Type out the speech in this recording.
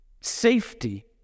safety